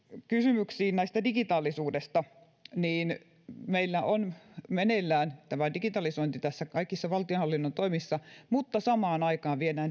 kysymyksiin digitaalisuudesta meillä on meneillään tämä digitalisointi kaikissa valtionhallinnon toimissa mutta samaan aikaan viedään